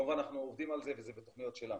כמובן אנחנו עובדים על זה וזה בתוכניות שלנו.